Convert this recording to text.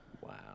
Wow